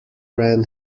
ran